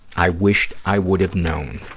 i wish i would have known,